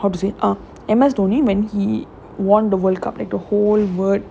how to say ah M_S dhoni when he won the world cup like the whole word